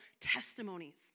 testimonies